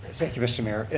thank you mr. mayor. and